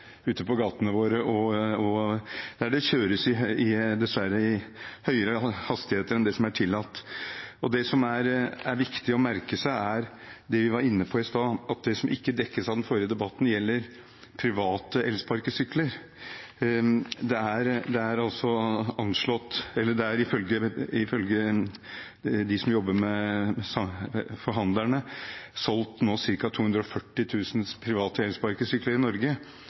ute på gaten, der det dessverre kjøres i høyere hastighet enn det som er tillatt. Det som er viktig å merke seg, er det vi var inne på i stad, at det som ikke dekkes av den forrige debatten, gjelder private elsparkesykler. Det er ifølge forhandlerne nå solgt ca. 240 000 private elsparkesykler i Norge,